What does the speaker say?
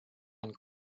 ein